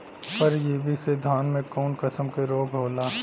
परजीवी से धान में कऊन कसम के रोग होला?